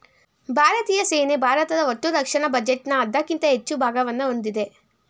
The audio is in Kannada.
ಭಾರತೀಯ ಸೇನೆ ಭಾರತದ ಒಟ್ಟುರಕ್ಷಣಾ ಬಜೆಟ್ನ ಅರ್ಧಕ್ಕಿಂತ ಹೆಚ್ಚು ಭಾಗವನ್ನ ಹೊಂದಿದೆ